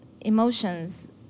emotions